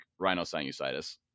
rhinosinusitis